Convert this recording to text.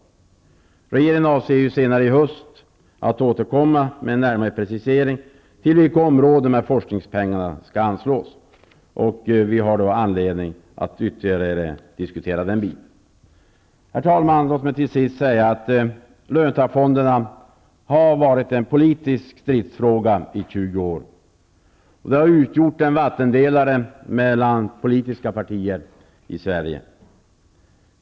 Regeringen avser att senare i höst återkomma med en närmare precisering av vilka områden forskningspengarna skall anslås till. Vi har då anledning att ytterligare diskutera den biten. Herr talman! Låt mig till sist säga att löntagarfonderna har varit en politisk stridsfråga i 20 år. De har utgjort en vattendelare mellan politiska partier i Sverige.